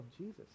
Jesus